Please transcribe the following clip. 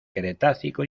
cretácico